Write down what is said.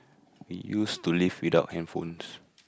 we used to live without handphones